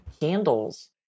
candles